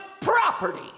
property